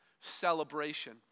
celebration